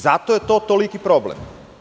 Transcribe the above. Zato je to toliki problem.